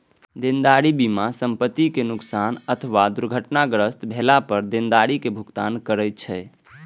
देनदारी बीमा संपतिक नोकसान अथवा दुर्घटनाग्रस्त भेला पर देनदारी के भुगतान करै छै